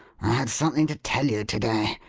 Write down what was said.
i had something to tell you to-day,